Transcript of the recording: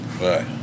Right